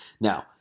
Now